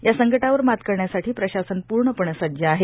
या संकटावर मात करण्यासाठी प्रशासन पूर्णपणे सज्ज आहे